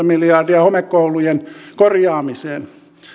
miljardia homekoulujen korjaamiseen